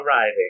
arriving